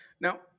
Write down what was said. Now